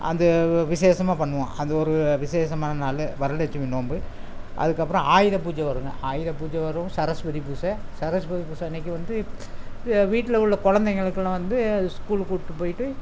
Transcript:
அந்த விசேஷமாக பண்ணுவோம் அது ஒரு விசேஷமான நாள் வரலெட்சுமி நோம்பு அதுக்கப்புறம் ஆயுதபூஜை வருங்க ஆயுதபூஜை வரும் சரஸ்வதிபூஜை சரஸ்வதிபூஜை அன்னைக்கி வந்து வீட்டில உள்ள குழந்தைங்களுக்குலா வந்து அது ஸ்கூலுக்கு கூப்பிட்டு போய்ட்டு